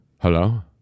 Hello